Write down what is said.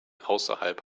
außerhalb